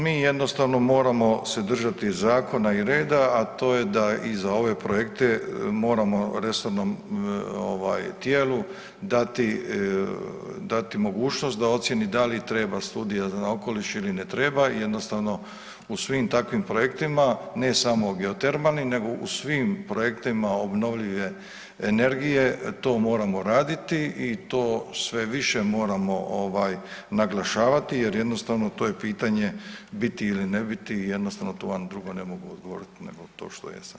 Mi jednostavno moramo se držati zakona i reda, a to je da i za ove projekte moramo resornom ovaj tijelu dati, dati mogućnost da ocijeni da li treba studija za okoliš ili ne treba i jednostavno u svim takvim projektima ne samo geotermalnim nego u svim projektima obnovljive energije to moramo raditi i to sve više moramo ovaj naglašavati jer jednostavno to je pitanje biti ili ne biti i jednostavno tu vam drugo ne mogu odgovoriti nego to što jesam.